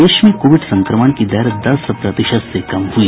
प्रदेश में कोविड संक्रमण की दर दस प्रतिशत से कम हुई